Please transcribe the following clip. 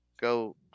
go